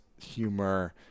humor